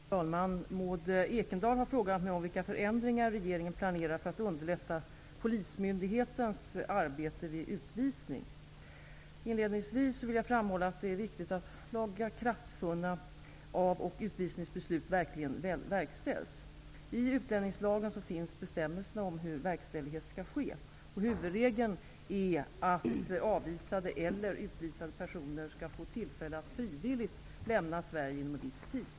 Fru talman! Maud Ekendahl har frågat mig vilka förändringar regeringen planerar för att underlätta polismyndighetens arbete vid utvisning. Inledningsvis vill jag framhålla att det är viktigt att lagakraftvunna av och utvisningsbeslut verkligen verkställs. I utlänningslagen finns bestämmelserna om hur verkställighet skall ske. Huvudregeln är att avvisade eller utvisade personer skall få tillfälle att frivilligt lämna Sverige inom viss tid.